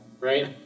Right